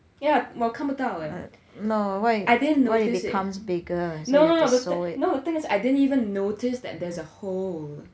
yeah 我看不到 eh I didn't notice it no no no no no the thing I didn't even notice that there's a hole